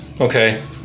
Okay